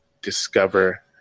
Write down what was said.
discover